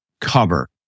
cover